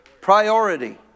priority